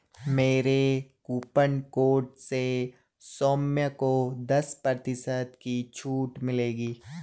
मेरे coupon code से सौम्य को दस प्रतिशत की छूट मिलेगी